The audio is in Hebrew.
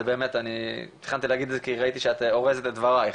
באמת אני תכננתי להגיד את זה כי ראיתי שאת אורזת את דברייך,